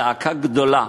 זעקה גדולה,